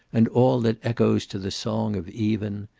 and all that echoes to the song of even,